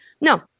No